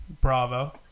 Bravo